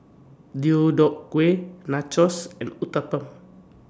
Deodeok Gui Nachos and Uthapam